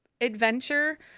adventure